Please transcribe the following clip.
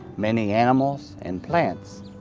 many animals and plants.